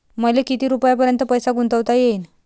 मले किती रुपयापर्यंत पैसा गुंतवता येईन?